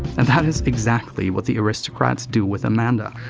and that's exactly what the aristocrats do with amanda.